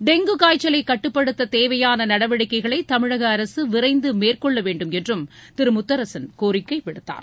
dengue காய்ச்சலை கட்டுப்படுத்த தேவையான நடவடிக்கைகளை தமிழக அரசு விரைந்து மேற்கொள்ள வேண்டும் என்றும் திரு முத்தரசன் கோரிக்கை விடுத்தார்